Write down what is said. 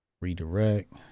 redirect